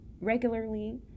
regularly